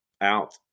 out